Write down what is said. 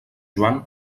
joan